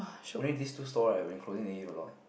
only this two stall right when closing they give a lot